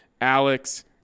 Alex